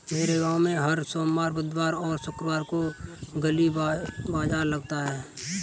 मेरे गांव में हर सोमवार बुधवार और शुक्रवार को गली बाजार लगता है